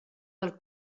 del